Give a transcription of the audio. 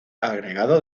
agregado